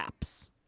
apps